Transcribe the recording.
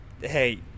hey